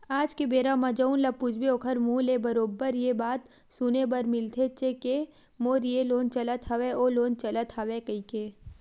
आज के बेरा म जउन ल पूछबे ओखर मुहूँ ले बरोबर ये बात सुने बर मिलथेचे के मोर ये लोन चलत हवय ओ लोन चलत हवय कहिके